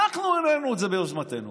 אנחנו העלינו את זה ביוזמתנו